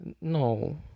No